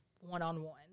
one-on-one